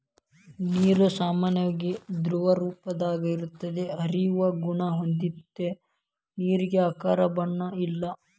ನೇರು ಸಾಮಾನ್ಯವಾಗಿ ದ್ರವರೂಪದಾಗ ಇರತತಿ, ಹರಿಯುವ ಗುಣಾ ಹೊಂದೆತಿ ನೇರಿಗೆ ಆಕಾರ ಬಣ್ಣ ಇಲ್ಲಾ